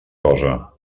cosa